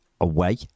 away